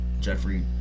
Jeffrey